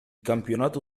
campionato